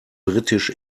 britisch